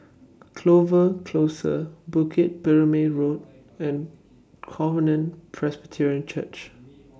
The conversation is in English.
Clover Close Bukit Purmei Road and Covenant Presbyterian Church